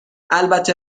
البته